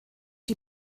die